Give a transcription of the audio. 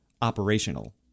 operational